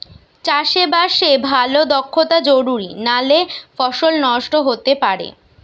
চাষে বাসে ভালো দক্ষতা জরুরি নালে ফসল নষ্ট হতে পারে